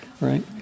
right